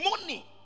Money